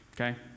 okay